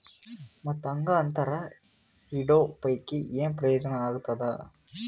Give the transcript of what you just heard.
ಮತ್ತ್ ಹಾಂಗಾ ಅಂತರ ಇಡೋ ಪೈಕಿ, ಏನ್ ಪ್ರಯೋಜನ ಆಗ್ತಾದ?